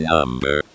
Number